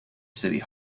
city